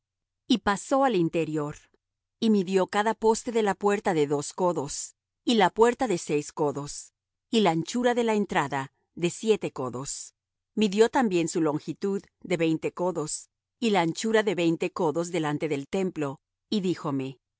y pasó al interior y midió cada poste de la puerta de dos codos y la puerta de seis codos y la anchura de la entrada de siete codos midió también su longitud de veinte codos y la anchura de veinte codos delante del templo y díjome este